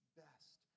best